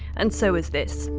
and so was this.